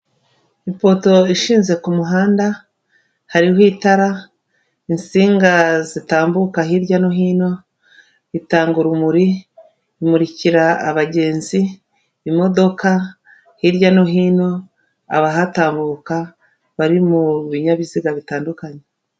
Ipoto ishinze ku muhanda, hariho ita, insinga zitambuka hirya no hino, itanga urumuri, imurikira abagenzi, imodoka hirya no hino, abahatahuka bari mu binyabiziga bitandukanye.